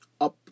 up